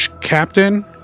Captain